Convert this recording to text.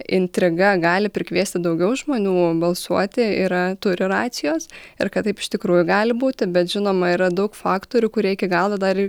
intriga gali prikviesti daugiau žmonių balsuoti yra turi racijos ir kad taip iš tikrųjų gali būti bet žinoma yra daug faktorių kurie iki galo dar ir